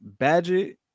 Badgett